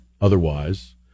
otherwise